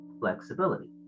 flexibility